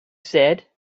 said